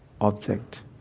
object